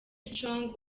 strong